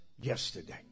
yesterday